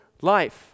life